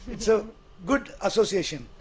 it's a good association.